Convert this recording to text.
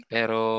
Pero